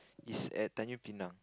is at Tanjong Pinang